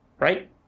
right